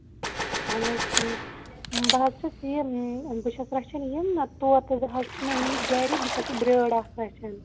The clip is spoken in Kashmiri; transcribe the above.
اَہَن حظ ٹھیٖک بہٕ حظ چھَس یِم بہٕ چھَس رَچھان یِم نا طوطہٕ زٕ حظ چھِ مےٚ أنۍمٕتۍ گرِ بیٚیہِ چھَس بہٕ برٛٲر اکھ رَچھان